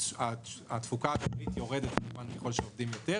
התפוקה היומית יורדת ככל שעובדים יותר.